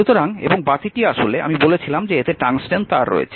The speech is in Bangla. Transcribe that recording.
সুতরাং এবং বাতিটি আসলে আমি বলেছিলাম যে এতে টংস্টেন তার রয়েছে